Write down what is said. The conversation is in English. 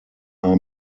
are